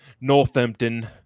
Northampton